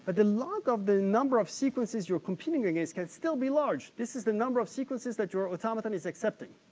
but the log of the number of sequences you're competing against can still be large. this is the number of sequences that your automaton is accepting.